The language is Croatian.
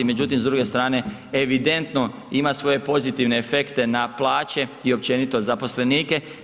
Međutim s druge strane evidentno ima svoje pozitivne efekte na plaće i općenito zaposlenike.